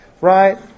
right